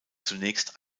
zunächst